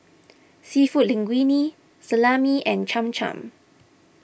Seafood Linguine Salami and Cham Cham